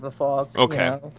okay